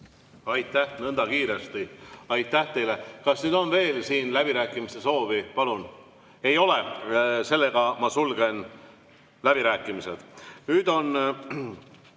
Aitäh! Nõnda kiiresti. Aitäh teile! Kas nüüd on veel läbirääkimiste soovi? Palun! Ei ole. Sellega ma sulgen läbirääkimised. Nüüd